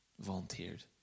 volunteered